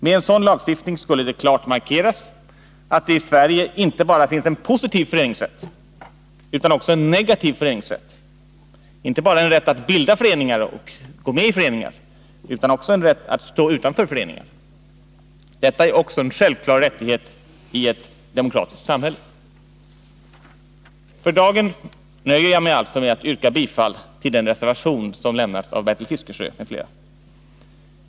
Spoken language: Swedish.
Med en sådan lagstiftning skulle det klart markeras att det i Sverige inte bara finns en positiv föreningsrätt utan också en negativ föreningsrätt, inte bara en rätt att bilda föreningar och gå med i föreningar utan också en rätt att stå utanför föreningar. Det är också en självklar rättighet i ett demokratiskt samhälle. För dagen nöjer jag mig alltså med att yrka bifall till den reservation som avgetts av Bertil Fiskesjö m.fl.